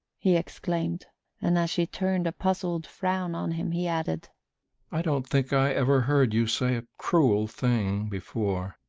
he exclaimed and as she turned a puzzled frown on him he added i don't think i ever heard you say a cruel thing before.